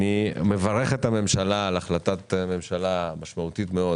אני מברך את הממשלה על ההחלטה המשמעותית מאוד